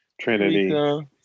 Trinity